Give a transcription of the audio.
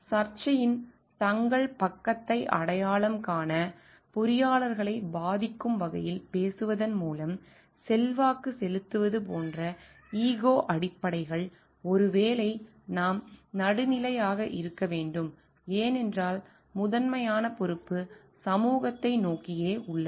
எனவே சர்ச்சையின் தங்கள் பக்கத்தை அடையாளம் காண பொறியாளர்களை பாதிக்கும் வகையில் பேசுவதன் மூலம் செல்வாக்கு செலுத்துவது போன்ற ஈகோ அடிப்படைகள் ஒருவேளை நாம் நடுநிலையாக இருக்க வேண்டும் ஏனென்றால் முதன்மையான பொறுப்பு சமூகத்தை நோக்கியே உள்ளது